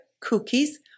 cookies